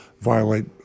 violate